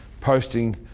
posting